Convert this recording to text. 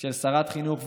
של שרת חינוך,